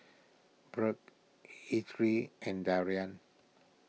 Byrd Ettie and Daryl